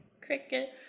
cricket